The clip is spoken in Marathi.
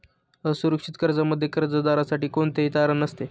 असुरक्षित कर्जामध्ये कर्जदारासाठी कोणतेही तारण नसते